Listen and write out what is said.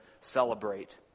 celebrate